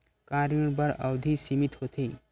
का ऋण बर अवधि सीमित होथे?